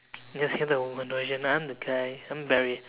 yes you're the woman version I'm the guy I'm Barry